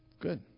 Good